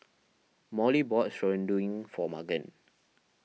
Molly bought for Magan